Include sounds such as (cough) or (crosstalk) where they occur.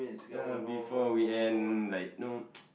ya before we end like you know (noise)